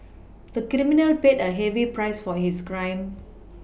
the criminal paid a heavy price for his crime